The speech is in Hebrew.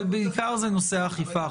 אבל בעיקר זה נושא האכיפה.